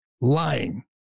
Lying